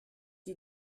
die